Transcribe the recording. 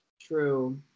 True